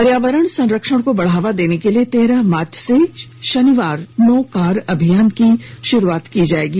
पर्यावरण संरक्षण को बढ़ावा देने के लिए तेरह मार्च से शनिवार नो कार अभियान की शुरुआत की जाएगी